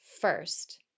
first